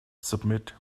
submit